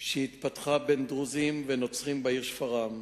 שהתפתחה בין דרוזים לנוצרים בעיר שפרעם.